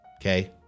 okay